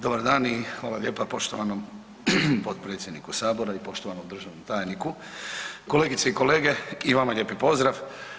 Dobar dan i hvala lijepa poštovanom potpredsjedniku sabora i poštovanom državnom tajniku, kolegice i kolege i vama lijepi pozdrav.